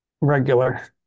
Regular